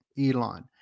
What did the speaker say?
Elon